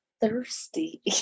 Thirsty